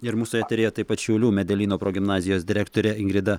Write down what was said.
ir mūsų eteryje taip pat šiaulių medelyno progimnazijos direktorė ingrida